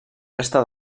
resta